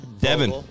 Devin